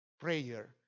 prayer